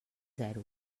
zero